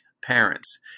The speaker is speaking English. parents